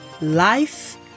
life